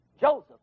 Joseph